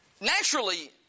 naturally